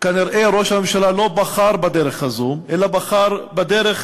ראש הממשלה לא בחר בדרך הזו אלא בחר בדרך